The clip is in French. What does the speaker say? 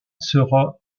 sera